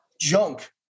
junk